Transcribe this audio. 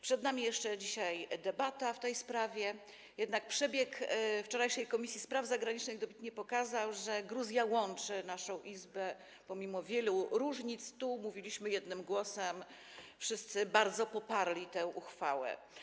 Przed nami jeszcze dzisiaj debata w tej sprawie, jednak przebieg wczorajszego posiedzenia Komisji Spraw Zagranicznych dobitnie pokazał, że Gruzja łączy naszą Izbę, pomimo wielu różnic tu mówiliśmy jednym głosem, wszyscy bardzo poparli tę uchwałę.